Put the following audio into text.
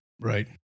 right